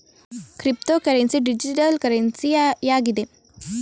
cryptocurrency digital currency ಆಗಿದೆ ಇದು ಕಾಗದ ಹಣದ ರೂಪದಲ್ಲಿ ಇರುವುದಿಲ್ಲ